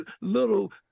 little